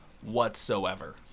whatsoever